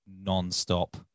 non-stop